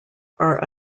are